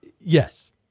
yes